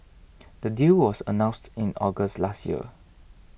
the deal was announced in August last year